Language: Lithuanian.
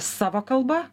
savo kalba